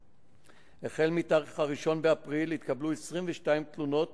החל מהתאריך 1 באפריל, התקבלו 22 תלונות